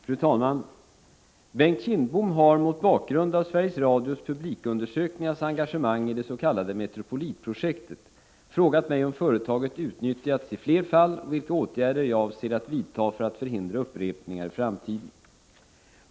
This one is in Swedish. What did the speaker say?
Fru talman! Bengt Kindbom har, mot bakgrund av Sveriges Radios publikundersökningars engagemang i det s.k. Metropolitprojektet, frågat mig om företaget utnyttjats i fler fall och vilka åtgärder jag avser att vidta för att förhindra upprepningar i framtiden.